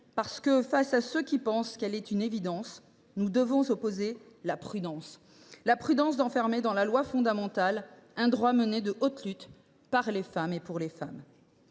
parce que, à ceux qui pensent qu’elle est une évidence, nous devons opposer la prudence, en enfermant dans la loi fondamentale un droit acquis de haute lutte par les femmes et pour les femmes.